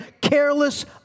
careless